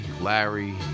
Larry